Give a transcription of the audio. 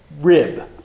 rib